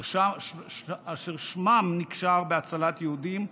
אשר שמם נקשר בהצלת יהודים,